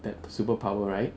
that superpower right